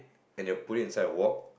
and they will put it inside a wok